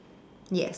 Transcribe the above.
yes